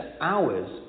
hours